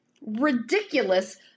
ridiculous